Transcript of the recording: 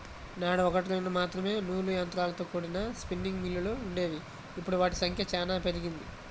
నాడు ఒకట్రెండు మాత్రమే నూలు యంత్రాలతో కూడిన స్పిన్నింగ్ మిల్లులు వుండేవి, ఇప్పుడు వాటి సంఖ్య చానా పెరిగింది